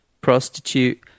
prostitute